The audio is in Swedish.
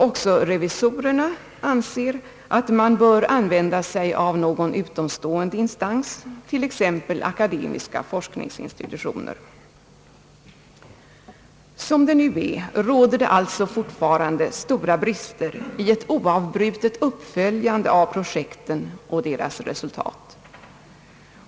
Också revisorerna anser att man bör använda sig av någon utomstående instans, t.ex. akademiska forskningsinstitutioner. Som det nu är råder det alltså stora brister i ett oavbrutet uppföljande av projekten och deras resultat.